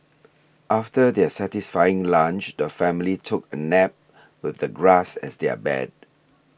after their satisfying lunch the family took a nap with the grass as their bed